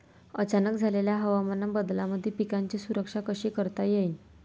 अचानक झालेल्या हवामान बदलामंदी पिकाची सुरक्षा कशी करता येईन?